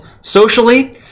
socially